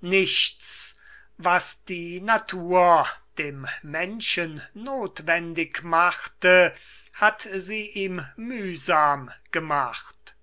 nichts was die natur dem menschen nothwendig machte hat sie ihm mühsam gemacht